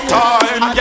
time